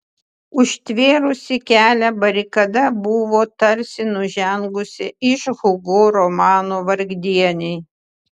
užtvėrusi kelią barikada buvo tarsi nužengusi iš hugo romano vargdieniai